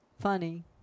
funny